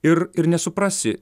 ir ir nesuprasi